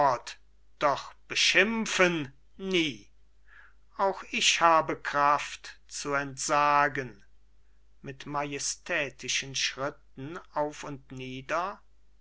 milford doch beschimpfen nie auch ich habe kraft zu entsagen mit majestätischen schritten auf und nieder